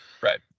Right